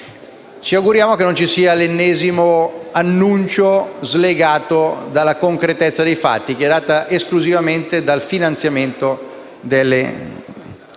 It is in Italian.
Ci auguriamo che non ci sia l’ennesimo annuncio slegato dalla concretezza dei fatti, data esclusivamente dal finanziamento delle risorse.